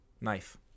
knife